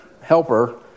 helper